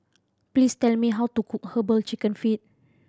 please tell me how to cook Herbal Chicken Feet